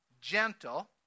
gentle